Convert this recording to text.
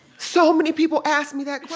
so many people ask me that